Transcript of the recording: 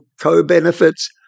co-benefits